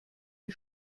die